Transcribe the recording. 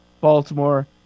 Baltimore